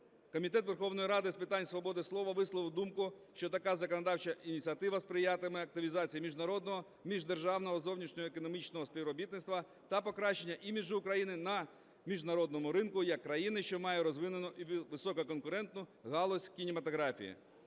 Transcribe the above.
Комітет Верховної Ради з питань свободи слова висловив думку, що така законодавча ініціатива сприятиме активізації міжнародного, міждержавного зовнішньоекономічного співробітництва та покращення іміджу України на міжнародному ринку як країни, що має розвинену висококонкурентну галузь в кінематографії.